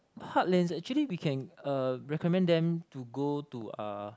heartlands actually we can uh recommend them to go to uh